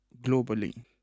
globally